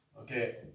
Okay